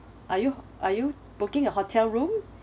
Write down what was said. are you are you booking a hotel room